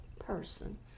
Person